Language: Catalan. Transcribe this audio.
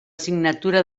signatura